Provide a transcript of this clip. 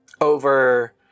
over